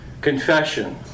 confession